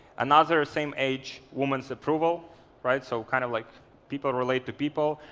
another same age, woman's approval right, so kind of like people relate to people.